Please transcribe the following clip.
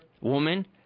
Woman